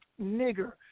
nigger